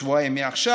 שבועיים מעכשיו,